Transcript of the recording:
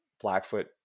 Blackfoot